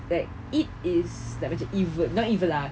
like I_D is like macam evil not evil lah